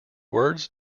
words